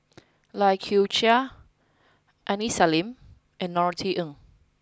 Lai Kew Chai Aini Salim and Norothy Ng